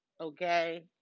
okay